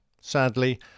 Sadly